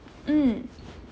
mm